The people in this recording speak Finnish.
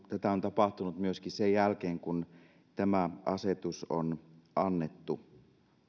tätä on tapahtunut myöskin sen jälkeen kun tämä asetus on annettu